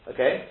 Okay